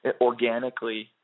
organically